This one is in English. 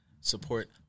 support